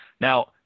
Now